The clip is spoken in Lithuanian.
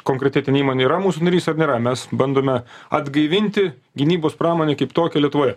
konkreti ten įmonė yra mūsų narys ar nėra mes bandome atgaivinti gynybos pramonę kaip tokią lietuvoje